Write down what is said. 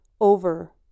over